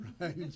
Right